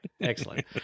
Excellent